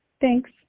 Thanks